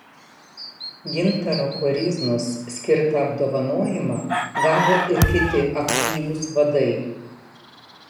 gintaro koryznos skirtą apdovanojimą gavo ir kiti aktyvūs vadai